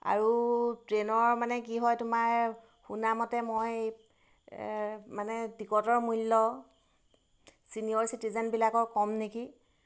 আৰু ট্ৰেইনৰ মানে কি হয় তোমাৰ শুনামতে মই মানে টিকটৰ মূল্য ছিনিয়ৰ চিটিজেনবিলাকৰ কম নেকি